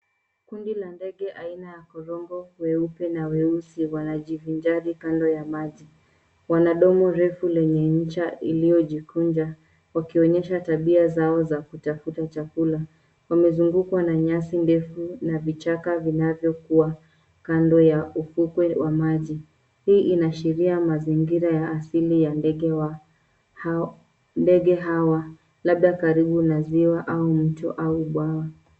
Kundi la ndege aina ya korogwe weupe na weusi wanajivinjari kando ya maji. Wana domo refu lenye ncha iliyojikunja wakionyesha tabia zao za kutafuta chakula. Wamezungukwa na nyasi ndefu na vichaka vinavyokuwa kando ya ufukwe wa maji. Hii inaashiria mazingira ya asili ya ndege hawa labda karibu na ziwa au mto au bwawa.